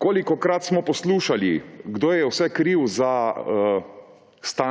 Kolikokrat smo poslušali, kdo je vse kriv za